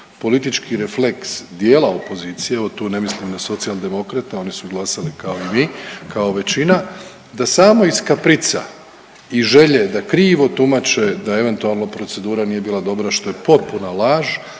politički refleks dijela opozicije, evo tu ne mislim na Socijaldemokrate. Oni su glasali kao i mi, kao većina, da samo iz kaprica i želje da krivo tumače da eventualno procedura nije bila dobra što je potpuna laž.